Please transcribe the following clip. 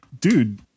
dude